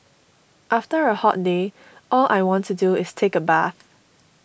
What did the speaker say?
after a hot day all I want to do is take a bath